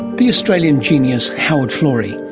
the australian genius howard florey.